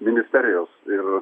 ministerijos ir